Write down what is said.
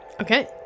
Okay